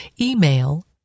Email